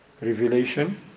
revelation